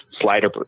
slider